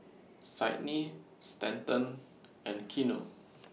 Cydney Stanton and Keanu